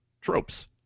tropes